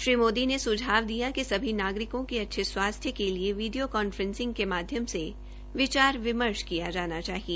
श्री मोदी ने सुझाव दिया कि सभी नागरिकों के अच्छे स्वास्थ्य के लिए वीडियो कांफ्रेसिंग के माध्यम से विचार विमर्श किया जाना चाहिए